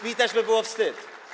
Mi też by było wstyd.